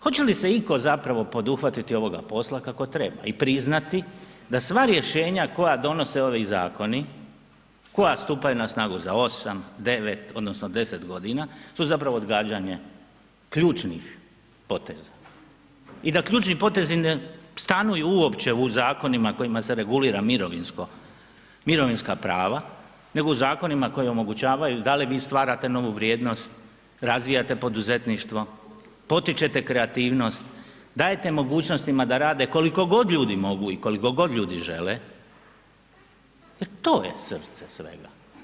Hoće li itko zapravo poduhvatiti ovoga posla kako treba i priznati da sva rješenja koja donose ovi zakoni, koja stupaju na snagu za 8, 9 odnosno 10 godina su zapravo odgađanje ključnih poteza i da ključni potezi ne stanuju uopće u zakonima kojima se regulira mirovinsko, mirovinska prava nego u zakonima koji omogućavaju da li vi stvarate novu vrijednost, razvijate poduzetništvo, potičete kreativnost, dajete mogućnostima da rade koliko god ljudi mogu i koliko god ljudi žele jer to je srce svega.